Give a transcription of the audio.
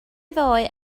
ddoe